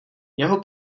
jeho